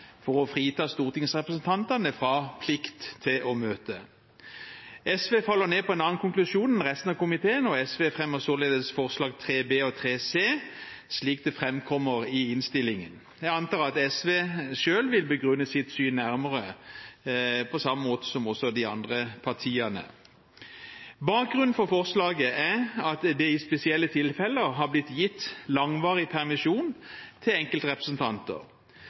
for å frita stortingsrepresentantene fra plikt til å møte. SV faller ned på en annen konklusjon enn resten av komiteen, og SV fremmer således forslag 3 B og 3 C, slik det framkommer i innstillingen. Jeg antar at SV selv vil begrunne sitt syn nærmere, på samme måte som de andre partiene. Bakgrunnen for forslaget er at det i spesielle tilfeller har blitt gitt langvarig permisjon til enkeltrepresentanter. Situasjoner har oppstått der representanter